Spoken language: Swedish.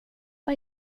vad